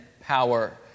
power